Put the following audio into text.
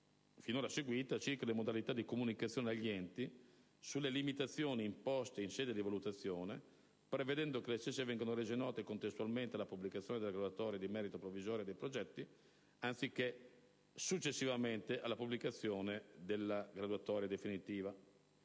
finora seguita circa le modalità di comunicazione agli enti sulle limitazioni imposte in sede di valutazione, prevedendo che le stesse vengano rese note contestualmente alla pubblicazione della graduatoria di merito provvisoria dei progetti, anziché successivamente alla pubblicazione della graduatoria definitiva.